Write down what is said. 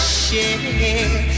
share